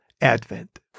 Advent